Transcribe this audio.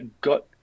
got